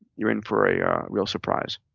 you're in for a real surprise.